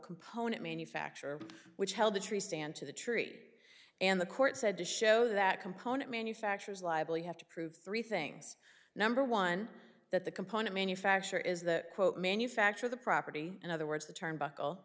component manufacturer which held the tree stand to the tree and the court said to show that component manufacturers liable you have to prove three things number one that the component manufacturer is the quote manufacture of the property in other words the turnbuckle